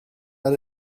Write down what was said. let